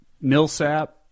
Millsap